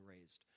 raised